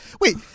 Wait